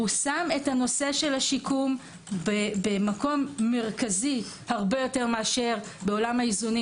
הוא שם את נושא השיקום במקום מרכזי הרבה יותר מאשר בעולם האיזונים